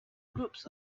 groups